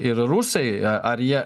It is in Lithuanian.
ir rusai ar jie